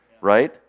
Right